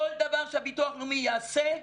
כל דבר שהביטוח הלאומי יעשה,